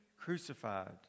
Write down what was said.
crucified